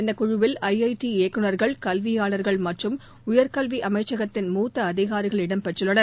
இந்த குழுவில் I I T இயக்குனர்கள் கல்வியாளர்கள் மற்றும் உயர்கல்வி அமைச்சகத்தின் மூத்த அதிகாரிகள் இடம் பெற்றுள்ளனர்